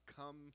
come